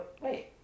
Wait